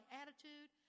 attitude